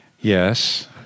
Yes